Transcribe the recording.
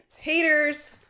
Haters